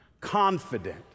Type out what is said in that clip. Confident